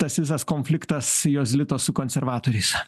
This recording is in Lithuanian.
tas visas konfliktas jozitos su konservatoriais